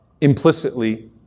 implicitly